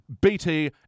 BT